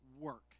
work